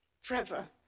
forever